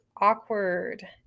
awkward